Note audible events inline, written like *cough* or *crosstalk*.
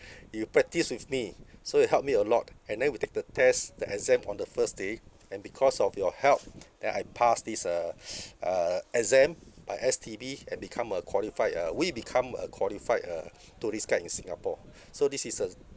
you practiced with me so you helped me a lot and then we take the test the exam on the first day and because of your help then I passed this uh *noise* uh exam by S_T_B and become a qualified uh we become a qualified uh tourist guide in singapore so this is a